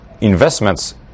investments